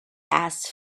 asked